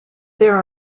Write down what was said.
there